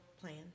plan